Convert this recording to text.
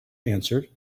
answered